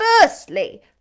firstly